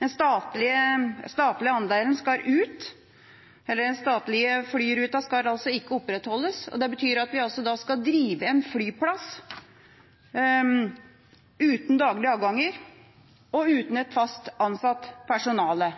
Den statlige andelen skal ut, eller den statlige flyruta skal altså ikke opprettholdes. Det betyr at vi skal drive en flyplass uten daglige avganger og uten et fast ansatt personale.